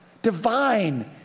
divine